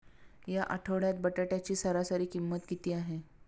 या आठवड्यात बटाट्याची सरासरी किंमत किती आहे?